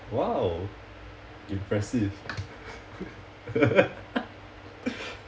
!wow! impressive